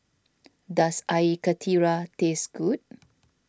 does Air Karthira taste good